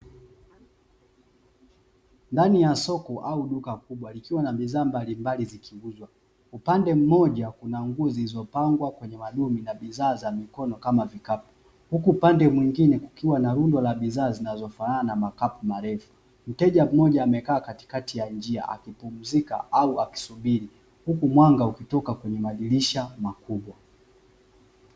Ndani ya soko au duka kubwa likiwa na bidhaa mbalimbali zikiuzwa. Upande mmoja kuna nguo zilizopangwa kwenye madumu na bidhaa za mikono kama vikapu, huku upande mwingine kukiwa na rundo la bidhaa zinazofanana na makapu marefu. Mteja mmoja akiwa amekaa katikati ya njia akipunzika au akisubiri huku mwanga ukitoka kwenye madirisha makubwa.